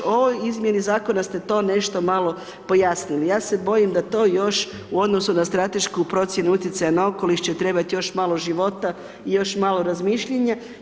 U ovoj izmjeni zakona ste to nešto malo pojasnili, ja se bojim da to još u odnosu na stratešku procjenu utjecaja na okoliš će trebati još malo života i još malo razmišljanja.